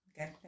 Okay